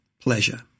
pleasure